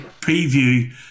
preview